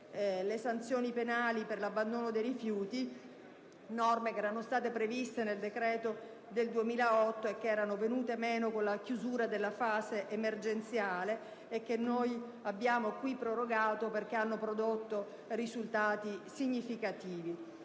sanzioni penali per l'abbandono dei rifiuti. Tali norme erano state previste nel decreto del 2008 ed erano venute meno con la chiusura della fase emergenziale; noi le abbiamo qui prorogate, perché hanno prodotto dei risultati significativi.